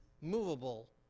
movable